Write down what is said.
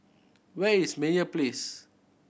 where is Meyer Place